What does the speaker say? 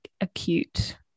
acute